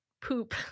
poop